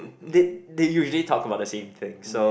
they they usually talk about the same thing so